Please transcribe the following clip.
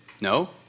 No